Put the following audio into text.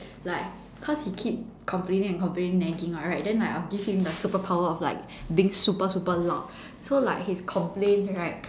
like cause he keep complaining and complaining nagging [what] right then I'll give him the superpower of like being super super loud so like his complaint right